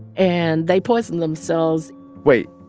and they poisoned themselves wait.